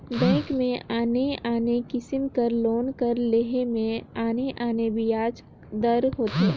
bank में आने आने किसिम कर लोन कर लेहे में आने आने बियाज दर होथे